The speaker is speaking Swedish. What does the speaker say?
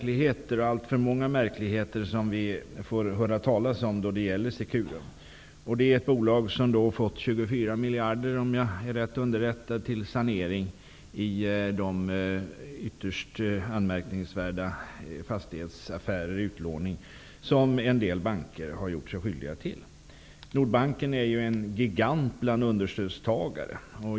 Det är alltför många märkligheter som vi får höra talas om då det gäller Securum, ett bolag som -- om jag är riktigt underrättad -- fått 24 miljarder till sanering i de ytterst anmärkningsvärda fastighetsoch utlåningsaffärer som en del banker har gjort sig skyldiga till. Nordbanken är en gigant bland understödstagarna.